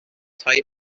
tai